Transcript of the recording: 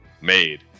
made